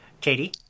katie